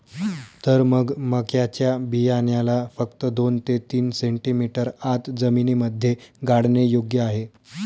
तर मग मक्याच्या बियाण्याला फक्त दोन ते तीन सेंटीमीटर आत जमिनीमध्ये गाडने योग्य आहे